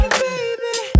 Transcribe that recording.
baby